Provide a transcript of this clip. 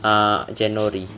ah january